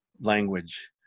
language